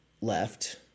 left